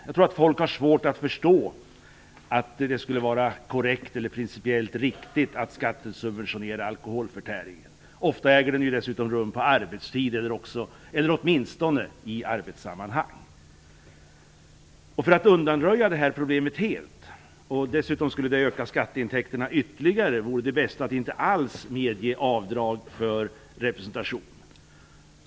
Jag tror att folk har svårt att förstå att det skulle vara korrekt eller principiellt riktigt att skattesubventionera alkoholförtäringen. Ofta äger den dessutom rum på arbetstid eller åtminstone i arbetssammanhang. För att undanröja problemet helt och dessutom öka skatteintäkterna ytterligare vore det bäst att inte alls medge avdrag för representation.